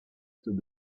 est